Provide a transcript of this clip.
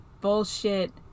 bullshit